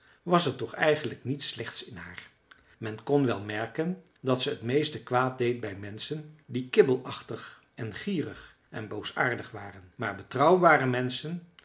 was er toch eigenlijk niets slechts in haar men kon wel merken dat ze t meeste kwaad deed bij menschen die kibbelachtig en gierig en boosaardig waren maar betrouwbare menschen